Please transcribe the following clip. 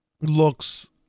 looks